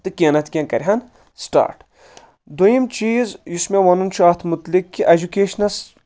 تہٕ کینٛہہ نتہِ کیںٛہہ کرٕہن سٹاٹ دٔیِم چیٖز یُس مےٚ ونُن چھُ اتھ مُتلِق کہِ اٮ۪جوکیشنس